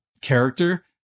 character